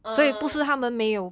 err